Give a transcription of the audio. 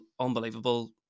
unbelievable